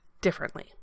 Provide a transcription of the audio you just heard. differently